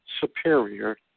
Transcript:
superior